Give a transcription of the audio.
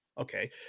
Okay